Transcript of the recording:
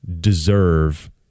deserve